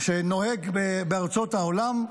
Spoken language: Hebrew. שנוהג בארצות העולם,